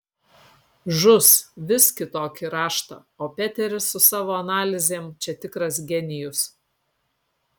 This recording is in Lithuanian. žus vis kitokį raštą o peteris su savo analizėm čia tikras genijus